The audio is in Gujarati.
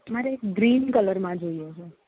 મારે ગ્રીન કલરમાં જોઈએ છે